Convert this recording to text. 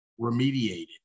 remediated